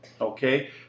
okay